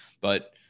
but-